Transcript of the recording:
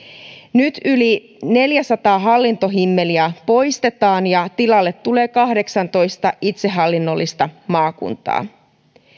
nyt yli neljäsataa hallintohimmeliä poistetaan ja tilalle tulee kahdeksantoista itsehallinnollista maakuntaa